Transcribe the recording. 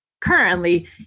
currently